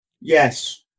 Yes